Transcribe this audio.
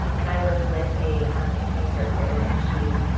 and i live with a incoming third grader and she,